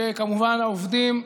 וכמובן העובדים.